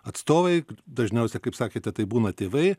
atstovai dažniausiai kaip sakėte tai būna tėvai